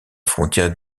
frontière